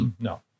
no